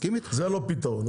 זה לא פתרון.